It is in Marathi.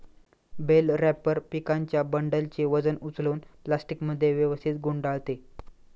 बेल रॅपर पिकांच्या बंडलचे वजन उचलून प्लास्टिकमध्ये व्यवस्थित गुंडाळते